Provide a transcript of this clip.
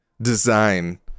design